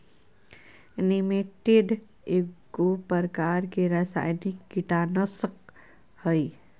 निमेंटीड एगो प्रकार के रासायनिक कीटनाशक हइ